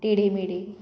टेडे मेडे